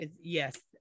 yes